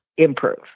improve